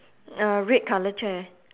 uh red colour chair